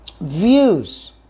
views